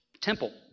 temple